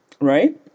right